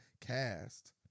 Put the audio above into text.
cast